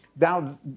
Now